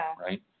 Right